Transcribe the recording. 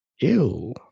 Ew